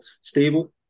stable